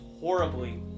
horribly